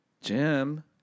Jim